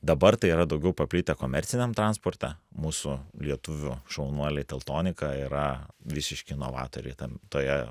dabar tai yra daugiau paplitę komerciniam transporte mūsų lietuvių šaunuoliai teltonika yra visiški inovatoriai tam toje